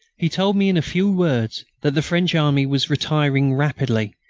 he told me in a few words that the french army was retreating rapidly,